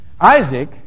Isaac